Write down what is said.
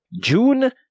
June